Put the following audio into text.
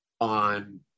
on